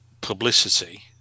publicity